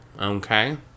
okay